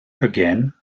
again